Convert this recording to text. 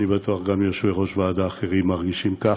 אני בטוח שגם יושבי-ראש ועדה אחרים מרגישים כך,